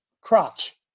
crotch